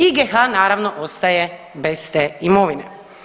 IGH naravno ostaje bez te imovine.